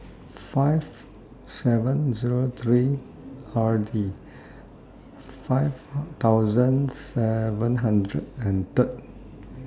five seven Zero three R D five thousand seven hundred and Third